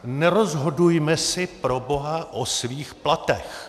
Nerozhodujme si proboha o svých platech!